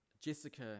Jessica